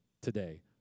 today